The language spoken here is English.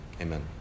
Amen